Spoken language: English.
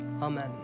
amen